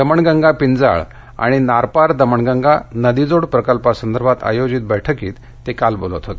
दमणगंगा पिंजाळ आणि नार पार दमणगंगा नदीजोड प्रकल्पासंदर्भात आयोजित बैठकीत ते बोलत होते